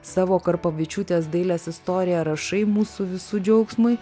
savo karpavičiūtės dailės istoriją rašai mūsų visų džiaugsmui